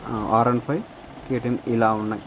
are and five K ten ఇలా ఉన్నాయి